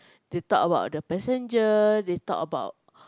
they talk about the passenger they talk about